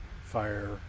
fire